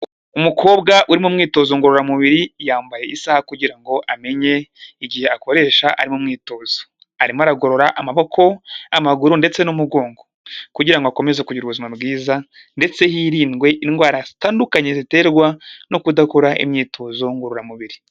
Umukobwa uri mu mwitozo ngororamubiri, yambaye isaha kugira ngo amenye igihe akoresha ari mu mwitozo, arimo aragorora amaboko, amaguru, ndetse n'umugongo, kugira ngo akomeze kugira ubuzima bwiza, ndetse hirindwe indwara zitandukanye ziterwa no kudakora imyitozo ngororamubiri.